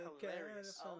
hilarious